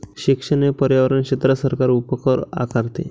शिक्षण आणि पर्यावरण क्षेत्रात सरकार उपकर आकारते